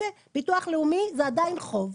ביטוח לאומי זה עדיין חוב.